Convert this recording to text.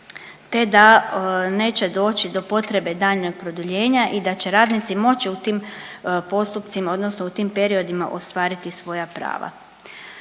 te da neće doći do potrebe daljnjeg produljenja i da će radnici moći u tim postupcima odnosno u tim periodima ostvariti svoja prava.